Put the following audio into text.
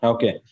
Okay